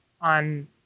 on